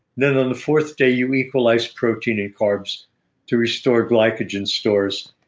then on the fourth day you equalize protein and carbs to restore glycogen stores,